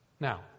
Now